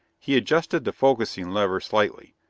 he adjusted the focusing lever slightly,